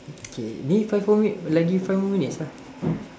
K ni five more minute lagi five more minutes lah